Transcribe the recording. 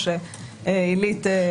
כמו שעילית אמרה.